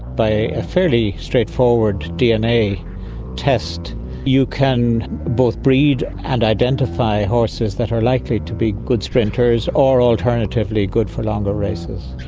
by a fairly straightforward dna test you can both breed and identify horses that are likely to be good sprinters or, alternatively, good for longer races.